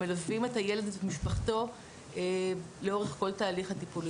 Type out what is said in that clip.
ומלווים את הילד ואת משפחתו לאורך כל התהליך הטיפולי.